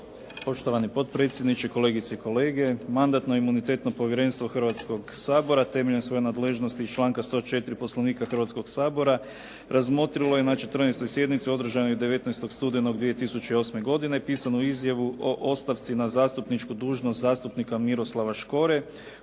Poštovani potpredsjedniče, kolegice i kolege. Mandatno-imunitetno povjerenstvo Hrvatskoga sabora temeljem svoje nadležnosti iz članka 104. Poslovnika Hrvatskoga sabora razmotrilo je na 14. sjednici održanoj 19. studenog 2008. godine pisanu izjavu o ostavci na zastupničku dužnost zastupnika Miroslava Škore